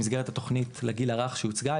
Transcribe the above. במסגרת התוכנית לגיל הרך שהוצעה,